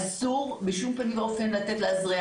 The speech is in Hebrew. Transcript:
אסור בשום פנים ואופן לאפשר לאזרח.